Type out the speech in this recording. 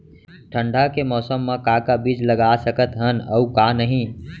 ठंडा के मौसम मा का का बीज लगा सकत हन अऊ का नही?